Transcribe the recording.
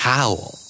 Howl